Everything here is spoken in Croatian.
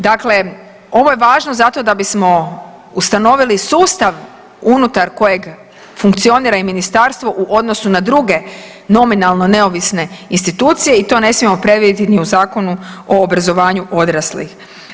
Dakle ovo je važno zato da bismo ustanovili sustav unutar kojeg funkcionira i Ministarstvo u odnosu na druge nominalno neovisne institucije i to ne smijemo previdjeti ni u Zakonu o obrazovanju odraslih.